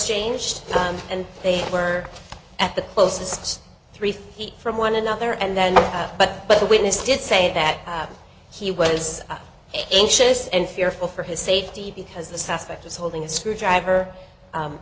changed son and they were at the closest three feet from one another and then but but the witness did say that he was anxious and fearful for his safety because the suspect was holding a screwdriver